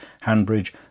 Hanbridge